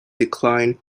declined